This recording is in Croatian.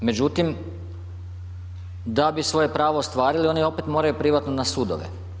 Međutim, da bi svoje pravo ostvarili, oni opet moraju privatno na sudove.